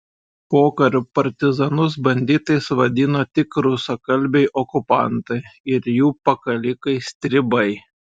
pokariu partizanus banditais vadino tik rusakalbiai okupantai ir jų pakalikai stribai